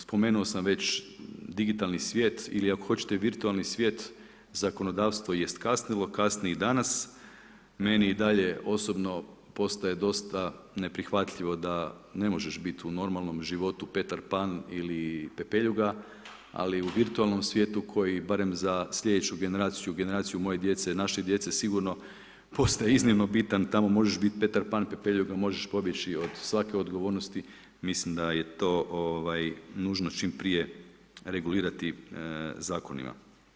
Spomenuo sam već digitalni svijet ili ako hoćete virtualni svijet zakonodavstvo jest kasnilo, kasni i danas, meni i dalje osobno postaje dosta neprihvatljivo da ne možeš biti u normalnom životu Petar Pan ili pepeljuga ali u virtualnom svijetu koji barem za slijedeću generaciju, generaciju moje djece, naše djece postaje sigurno postaje iznimno bitan, tamo možeš biti Petar Pan, pepeljuga možeš pobjeći od svake odgovornosti, mislim da je to ovaj nužno čim prije regulirati zakonima.